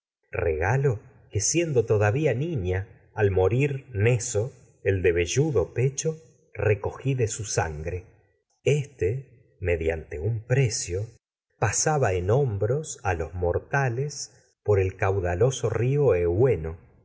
regalo que siendo todavía niña rir al mo neso el de velludo pecho recogí de un su a sangre éste mediante precio pasaba en hombros rio los mortales con por el caudaloso que eueno